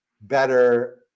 better